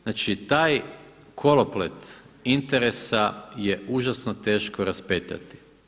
Znači taj koloplet interesa je užasno teško raspetljati.